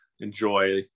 enjoy